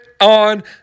on